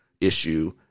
issue